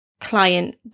client